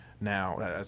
now